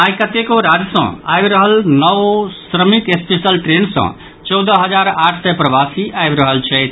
आई कतेको राज्य सँ आबि रहल नओ श्रमिक स्पेशल ट्रेन सँ चौदह हजार आठ सय प्रवासी आबि रहल छथि